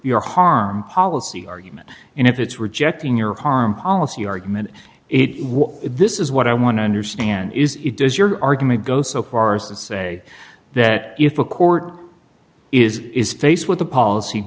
your harm policy argument and if it's rejecting your harm policy argument it this is what i want to understand is it does your argument go so far as to say that if a court is is faced with a policy